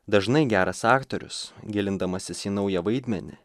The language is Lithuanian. dažnai geras aktorius gilindamasis į naują vaidmenį